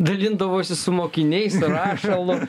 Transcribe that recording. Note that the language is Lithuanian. dalindavosi su mokiniais rašalu